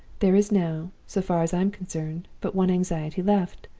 there is now so far as i am concerned but one anxiety left.